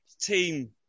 team